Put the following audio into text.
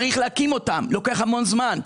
צריך להקים אותן וזה לוקח המון זמן,